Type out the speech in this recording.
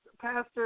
Pastor